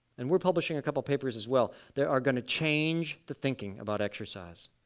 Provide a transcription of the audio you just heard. and we're publishing a couple papers as well. they are going to change the thinking about exercise.